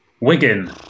Wigan